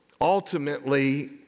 ultimately